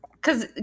Cause